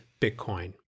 Bitcoin